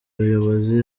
abayobozi